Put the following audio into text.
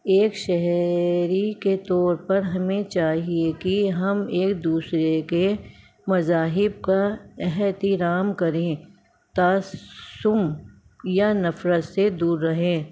ایک شہری کے طور پر ہمیں چاہیے کہ ہم ایک دوسرے کے مذاہب کا احترام کریں تعصب یا نفرت سے دور رہیں